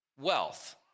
wealth